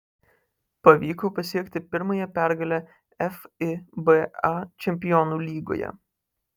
pavyko pasiekti pirmąją pergalę fiba čempionų lygoje